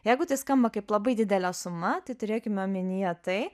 jeigu tai skamba kaip labai didelė suma tai turėkime omenyje tai